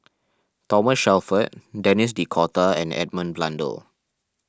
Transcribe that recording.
Thomas Shelford Denis D'Cotta and Edmund Blundell